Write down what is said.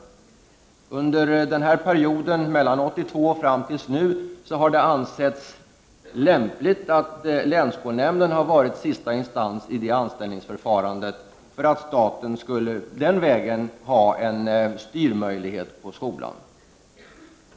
Under perioden från 1982 och fram till nu har det ansetts lämpligt att länsskolnämnden har varit sista instans i det anställningsförfarandet för att staten den vägen skulle ha en styrmöjlighet på skolan.